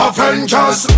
Avengers